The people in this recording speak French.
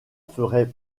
ferait